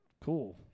cool